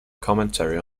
commentary